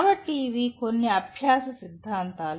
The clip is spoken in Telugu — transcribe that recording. కాబట్టి ఇవి కొన్ని అభ్యాస సిద్ధాంతాలు